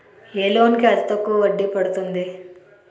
ఏ loan కి అతి తక్కువ వడ్డీ పడుతుంది?